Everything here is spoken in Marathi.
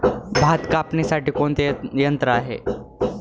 भात कापणीसाठी कोणते यंत्र आहे?